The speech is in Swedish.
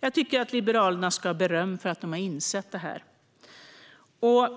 Jag tycker att Liberalerna ska ha beröm för att de har insett detta.